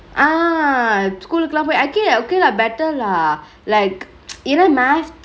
ah school குலா பொய்:kulaa poi okay lah better lah like you know math